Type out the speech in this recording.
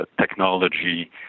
technology